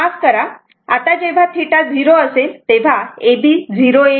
माफ करा आता जेव्हा θ 0 असेल तेव्हा AB 0 येईल